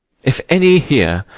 if any here,